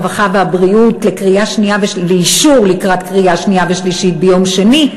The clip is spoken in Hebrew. הרווחה והבריאות לאישור לקראת קריאה שנייה ושלישית ביום שני,